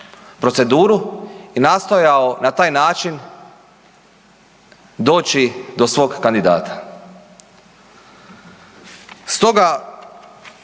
i nastojao na taj način doći do svog kandidata.